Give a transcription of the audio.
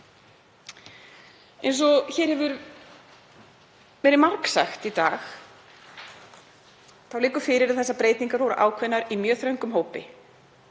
Eins og hér hefur verið margsagt í dag þá liggur fyrir að þessar breytingar voru ákveðnar í mjög þröngum hópi